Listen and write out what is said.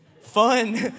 fun